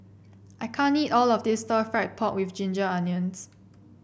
I can't eat all of this Stir Fried Pork with Ginger Onions